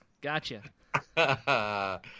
gotcha